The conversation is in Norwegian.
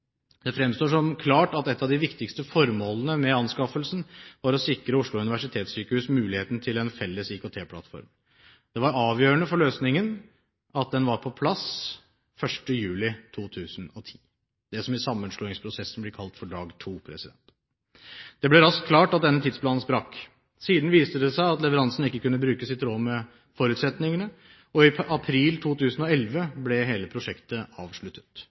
Det fremstår som klart at et av de viktigste formålene med anskaffelsen var å sikre Oslo universitetssykehus muligheten til en felles IKT-plattform. Det var avgjørende for løsningen at den var på plass 1. juli 2010, det som i sammenslåingsprosessen blir kalt for dag to. Det ble raskt klart at denne tidsplanen sprakk. Siden viste det seg at leveransen ikke kunne brukes i tråd med forutsetningene, og i april 2011 ble hele prosjektet avsluttet.